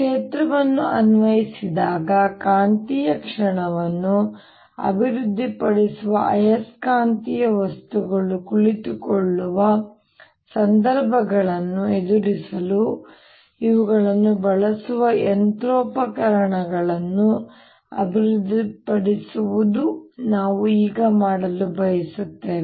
ಕ್ಷೇತ್ರವನ್ನು ಅನ್ವಯಿಸಿದಾಗ ಕಾಂತೀಯ ಕ್ಷಣವನ್ನು ಅಭಿವೃದ್ಧಿಪಡಿಸುವ ಆಯಸ್ಕಾಂತೀಯ ವಸ್ತುಗಳು ಕುಳಿತುಕೊಳ್ಳುವ ಸಂದರ್ಭಗಳನ್ನು ಎದುರಿಸಲು ಇವುಗಳನ್ನು ಬಳಸುವ ಯಂತ್ರೋಪಕರಣಗಳನ್ನು ಅಭಿವೃದ್ಧಿಪಡಿಸುವುದು ನಾವು ಈಗ ಮಾಡಲು ಬಯಸುತ್ತೇವೆ